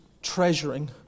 Treasuring